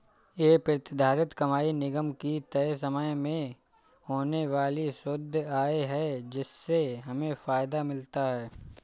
ये प्रतिधारित कमाई निगम की तय समय में होने वाली शुद्ध आय है जिससे हमें फायदा मिलता है